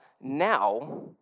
now